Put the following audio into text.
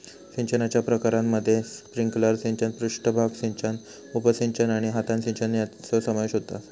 सिंचनाच्या प्रकारांमध्ये स्प्रिंकलर सिंचन, पृष्ठभाग सिंचन, उपसिंचन आणि हातान सिंचन यांचो समावेश आसा